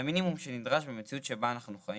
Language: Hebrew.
זה המינימום הנדרש במציאות שבה אנחנו חיים.